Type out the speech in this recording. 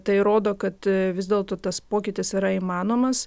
tai rodo kad vis dėlto tas pokytis yra įmanomas